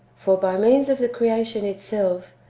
for by means of the creation itself,